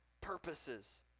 purposes